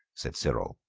said cyril.